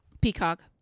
Peacock